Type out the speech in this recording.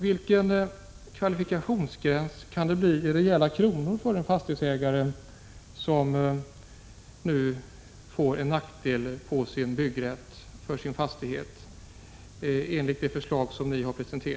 Vilken kvalifikationsgräns i kronor räknat kan det bli fråga om för en fastighetsägare, som enligt det förslag ni har presenterat nu får en begränsning av byggrätten för sin fastighet?